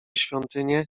świątynię